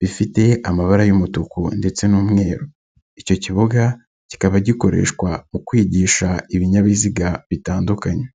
bifite amabara y'umutuku ndetse n'umweru. Icyo kibuga kikaba gikoreshwa mu kwigisha ibinyabiziga bitandukanye.